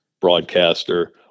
broadcaster